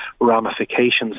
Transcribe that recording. ramifications